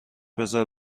بذار